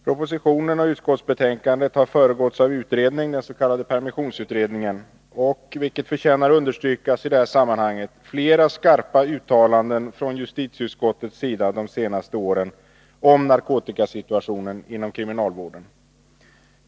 Propositionen och utskottsbetänkandet har föregåtts av utredning, den s.k. permissionsutredningen, och — vilket förtjänar att understrykas i detta sammanhang - flera skarpa uttalanden från justitieutskottets sida de senaste åren om narkotikasituationen inom kriminalvården.